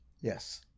Yes